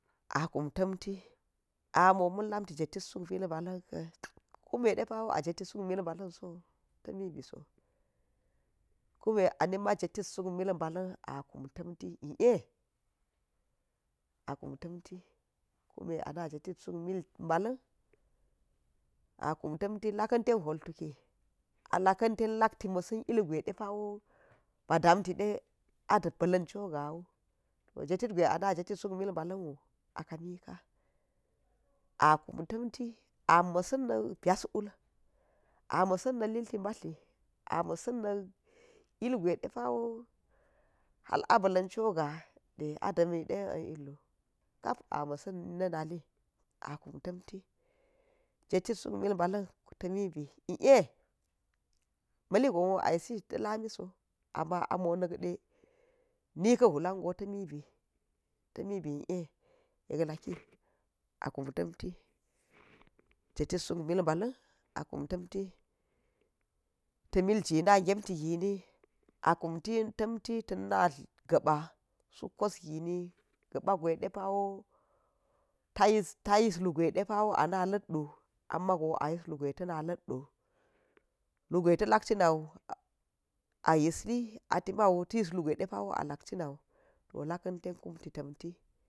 A kum tim ti a amo ma̱n lamti jetit suk milba̱ la̱n ka̱n kume depawo a jeti suk mil ba̱ lan sowu tami bi so kume a ni ma jetit suk mil ba̱la̱n a kum tam ti i e a kumtam ti kunde a nima jetit suk mil ba̱la̱n, a kum tam ti laka̱n tan hwol tuki a laka̱n ten lag ti ma̱sa̱n ten ilgwe depawo badam tide a ba̱la̱n chogawu to jetit gwe ana jetit suk mil ba̱la̱n wu go a kamika a kum tamti a ma̱sa̱n na̱ byas wul a ma̱sa̱n na̱ byas wul a ma̱sa̱n na̱ lilti mbatla a ma̱sa̱n na̱ ilgwe depawo hal a bala̱n chogo de a da̱mide illu kap a ma̱san na̱naly a kum tamti jetit suk mil ba̱la̱n tami bi i e ma̱li gon wo i yisi ta̱miso amma amo nkde ni lah hwulan go tami bi i o yel laki akum tam ti jetit suk mil ba̱la̱n akum tanti ta̱ milji na gemtigini aka tamti tin na ga̱ ɓa̱ suk kos gini ga̱ ba̱ gwe de pawo tayis, tayis ungwe depawo ana la̱ti’u amago a yis lugwe ta̱na la̱t’u lu gwe talak ana wo ayi atiman ta̱yis lugwe depa wo a lak cinau toh laka̱ ten kum ti ta̱mti.